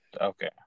Okay